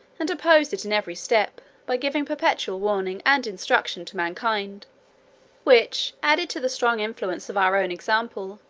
and oppose it in every step, by giving perpetual warning and instruction to mankind which, added to the strong influence of our own example,